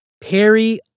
Perry